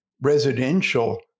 residential